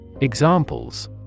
Examples